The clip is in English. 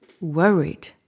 worried